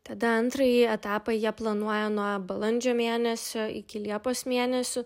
tada antrąjį etapą jie planuoja nuo balandžio mėnesio iki liepos mėnesio